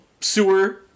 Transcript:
sewer